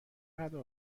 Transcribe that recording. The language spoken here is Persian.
قدر